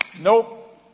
nope